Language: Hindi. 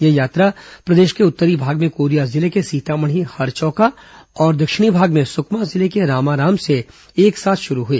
यह यात्रा प्रदेश के उ तारी भाग में कोरिया जिले के सीतामढ़ी हरचौका और दक्षिणी भाग में सुकमा जिले के रामाराम से एक साथ शुरु हई